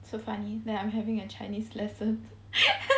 so funny that I'm having a chinese lesson